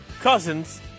Cousins